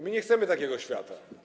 My nie chcemy takiego świata.